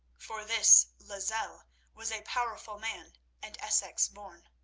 for this lozelle was a powerful man and essex-born.